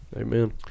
Amen